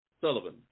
Sullivan